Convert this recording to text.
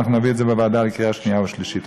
ואנחנו נביא את זה לוועדה לקריאה שנייה ושלישית.